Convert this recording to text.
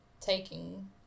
taking